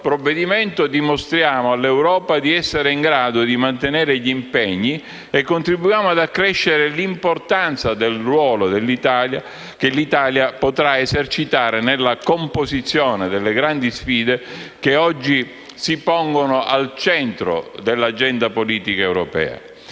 provvedimento dimostriamo all'Europa di essere in grado di mantenere gli impegni e contribuiamo ad accrescere l'importanza del ruolo che l'Italia potrà esercitare nella composizione delle grandi sfide, che oggi si pongono al centro dell'agenda politica europea.